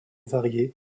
variées